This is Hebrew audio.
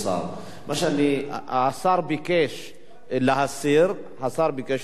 השר ביקש להסיר, השר ביקש להסיר,